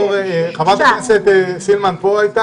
בסיטואציה הזו בוודאי שכן.